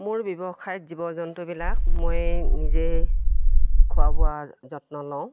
মোৰ ব্যৱসায়ত জীৱ জন্তুবিলাক মই নিজে খোৱা বোৱা যত্ন লওঁ